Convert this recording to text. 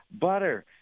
Butter